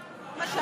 זה לא מה שאמרנו.